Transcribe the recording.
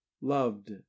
loved